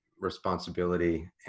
responsibility